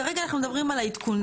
כרגע אנחנו מדברים על העדכונים.